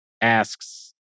asks